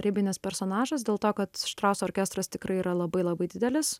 ribinis personažas dėl to kad štrauso orkestras tikrai yra labai labai didelis